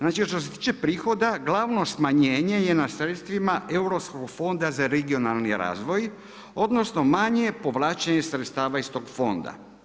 Znači što se tiče prihoda, glavno smanjenje je na sredstvima Europskog fonda za regionalni razvoj, odnosno, manje povlačenje sredstava iz tog fonda.